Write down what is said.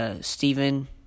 Stephen